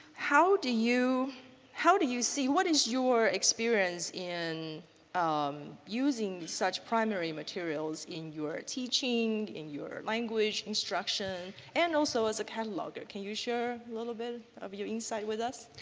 how do you how do you see what is your experience in um using such primary materials in your teaching, in your language instruction and also as a cataloger? can you share a little bit of your insight with us?